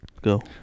Go